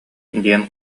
диэн